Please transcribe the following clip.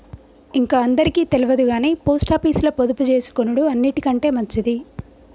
ఇంక అందరికి తెల్వదుగని పోస్టాపీసుల పొదుపుజేసుకునుడు అన్నిటికంటె మంచిది